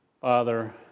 Father